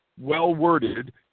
well-worded